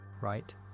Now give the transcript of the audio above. right